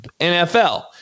NFL